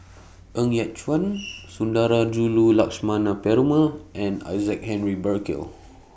Ng Yat Chuan Sundarajulu Lakshmana Perumal and Isaac Henry Burkill